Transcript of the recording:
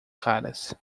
caras